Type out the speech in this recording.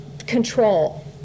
control